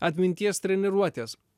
atminties treniruotės